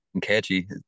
catchy